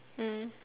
mm